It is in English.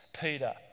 Peter